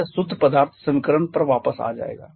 तो यह शुद्ध पदार्थ समीकरण पर वापस आ जाएगा